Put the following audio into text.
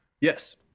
Yes